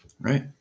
Right